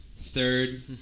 Third